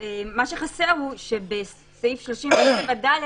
מה שחסר הוא, שבסעיף 37(ד)